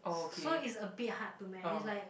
so it's a bit hard to manage like